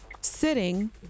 sitting